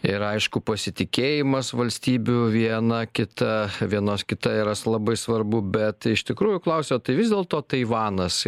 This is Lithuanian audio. ir aišku pasitikėjimas valstybių viena kita vienos kita yra labai svarbu bet iš tikrųjų klausiu tai vis dėlto taivanas